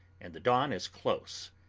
and the dawn is close.